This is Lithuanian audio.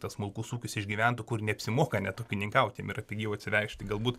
tas smulkus ūkis išgyventų kur neapsimoka net ūkininkauti jiem yra pigiau atsivežti galbūt